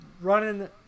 running